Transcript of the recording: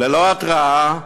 ללא התראה,